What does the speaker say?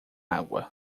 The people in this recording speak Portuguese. água